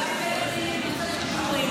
גם עם הרב הספרדי וגם עם בית הדין לנושא של גיורים.